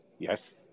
Yes